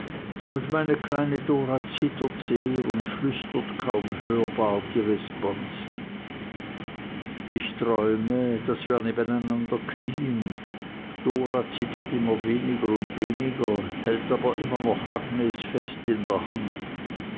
und meine kleine dora zittert sehr und flüstert kaum hörbar die responsen ich träume daß wir nebeneinander knieen dora zittert immer weniger und weniger hält aber immer noch agnes fest bei der hand